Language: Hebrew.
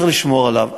צריך לשמור עליו,